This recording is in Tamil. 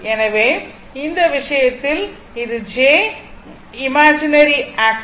எனவே இந்த விஷயத்தில் இது j இமேஜினரி ஆகும்